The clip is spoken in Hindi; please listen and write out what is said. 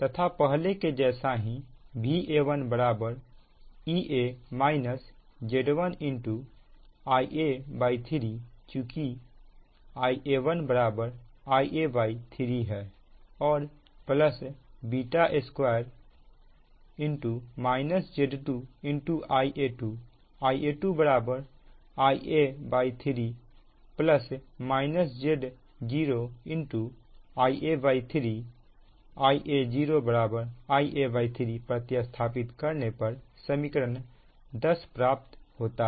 तथा पहले के जैसा ही Va1 Ea - Z1 Ia3 चुकी Ia1 Ia3 है और 2 - Z2 Ia2 Ia2 Ia3 Z0 Ia3 Ia0 Ia3 प्रति स्थापित करने पर समीकरण 10 प्राप्त होता है